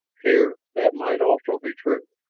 here that might also be true.